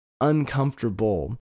uncomfortable